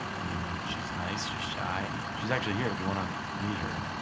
um, she's nice, she's shy. she's actually here if you want to meet her.